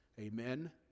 Amen